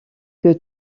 que